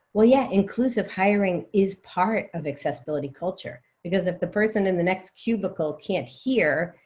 well, yeah, inclusive hiring is part of accessibility culture. because if the person in the next cubicle can't hear,